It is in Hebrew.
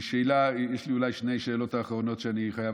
יש לי אולי שתי שאלות אחרונות שאני חייב.